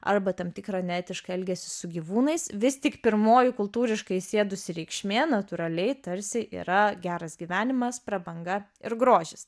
arba tam tikrą neetišką elgesį su gyvūnais vis tik pirmoji kultūriškai sėdusi reikšmė natūraliai tarsi yra geras gyvenimas prabanga ir grožis